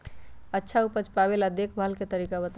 अच्छा उपज पावेला देखभाल के तरीका बताऊ?